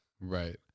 Right